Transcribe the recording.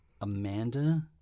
Amanda